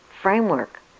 framework